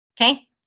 Okay